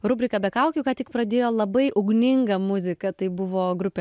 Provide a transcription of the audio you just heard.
rubriką be kaukių ką tik pradėjo labai ugninga muzika tai buvo grupė